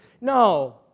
No